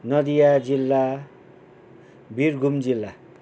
नदिया जिल्ला बिरभुम जिल्ला